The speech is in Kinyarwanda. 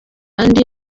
andi